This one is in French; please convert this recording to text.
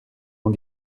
ont